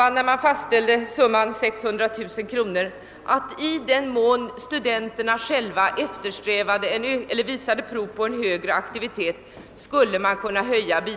När man fastställde summan 600 000 kronor för detta ändamål beslöt man också att i den mån studenterna själva visade prov på en högre aktivitet skulle bidraget kunna höjas.